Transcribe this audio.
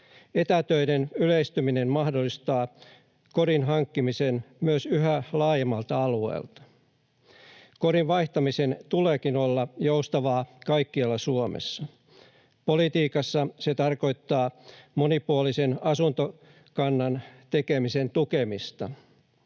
Etätöiden yleistyminen mahdollistaa kodin hankkimisen myös yhä laajemmalta alueelta. Kodin vaihtamisen tuleekin olla joustavaa kaikkialla Suomessa. Politiikassa se tarkoittaa monipuolisen asuntokannan tekemisen tukemista.